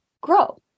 grow